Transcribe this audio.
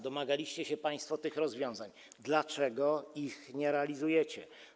Domagaliście się państwo tych rozwiązań, więc dlaczego ich nie realizujecie?